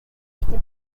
este